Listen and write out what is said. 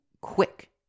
quick